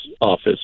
office